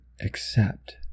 accept